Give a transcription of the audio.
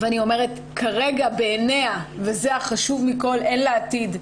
אני אומרת, כרגע, בעיניה, אין לה עתיד.